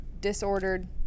disordered